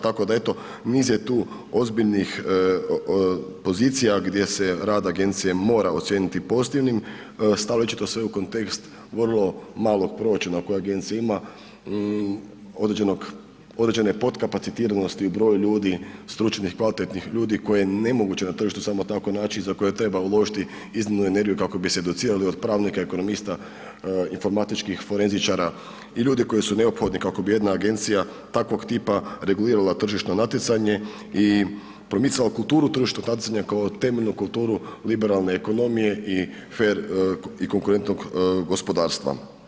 Tako da eto niz je tu ozbiljnih pozicija gdje se rad agencije mora ocijeniti pozitivnim … je očito sve u kontekst vrlo malog proračuna koji agencija ima određene potkapacitiranosti u broju ljudi, stručnih kvalitetnih ljudi koje je nemoguće na tržištu samo tako naći i za koje treba uložiti iznimnu energiju kako bi se docirali od pravnika, ekonomista, informatičkih forenzičara i ljudi koji su neophodni kako bi jedna agencija takvog tipa regulirala tržišno natjecanje i promicala kulturu tržišnog natjecanja kao temeljnu kulturu liberalne ekonomije i fer i konkurentnog gospodarstva.